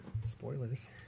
Spoilers